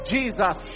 Jesus